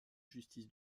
justice